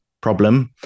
problem